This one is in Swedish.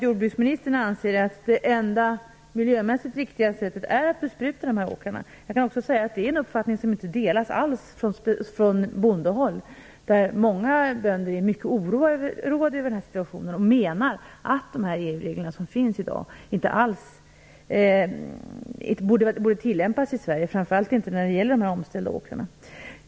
Jordbruksministern anser att det enda miljömässigt riktiga sättet är att bespruta dessa åkrar. Det är en uppfattning som man inte alls delar från bondehåll. Många bönder är mycket oroade över denna situation och menar att de EU-regler som finns i dag inte alls borde tillämpas i Sverige - framför allt inte när det gäller de omställda åkrarna.